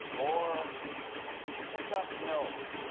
or pick up milk.